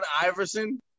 Iverson